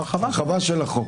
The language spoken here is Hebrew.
הוספה, הרחבה של החוק.